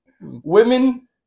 Women